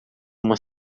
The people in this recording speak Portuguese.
uma